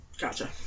Gotcha